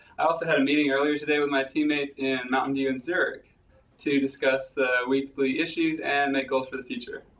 i also had a meeting earlier today with my teammates in mountain view and zurich to discuss weekly issues, and make goals for the future.